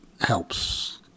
helps